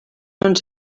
ens